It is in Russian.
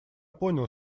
понял